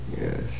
Yes